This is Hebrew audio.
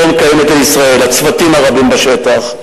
קרן קיימת לישראל, הצוותים הרבים בשטח,